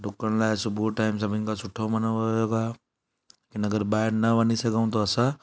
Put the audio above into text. ॾुकणु लाइ सुबुह टाइम सभिनि खां सुठो मञियो वियो आहे हिन करे ॿाहिरि न वञी सघूं त असां